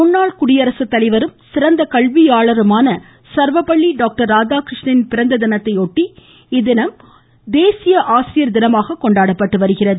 முன்னாள் குடியரசு தலைவரும் சிறந்த கல்வியாளருமான சர்வபள்ளி டாக்டர் ராதாகிருஷ்ணின் பிறந்ததினத்தையொட்டி இத்தினம் தேசிய ஆசிரியர் தினமாக கொண்டாடப்படுகிறது